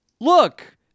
look